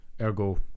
ergo